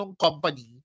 company